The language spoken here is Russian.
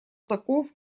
таков